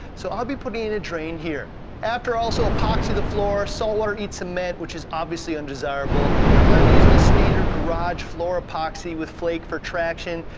so i'll be putting in a drain here. after, also epoxy the floor. salt water eats cement which is obviously undesirable. i plan on using the standard garage floor epoxy with flake for traction,